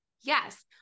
Yes